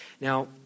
Now